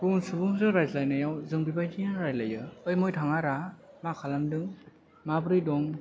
गुबुन सुबुंजों रायज्लायनायाव जों बेबादि रायलायो ऐ महाय थाङा रा मा खालामदों माबोरै दं